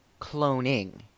cloning